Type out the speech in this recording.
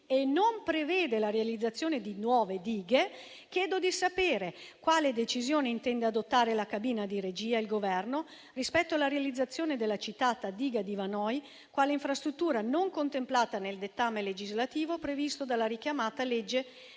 e non prevede la realizzazione di nuove dighe, chiedo di sapere quale decisione intendano adottare la cabina di regia e il Governo rispetto alla realizzazione della citata diga di Vanoi, quale infrastruttura non contemplata nel dettame legislativo, previsto dalla richiamata legge